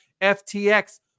FTX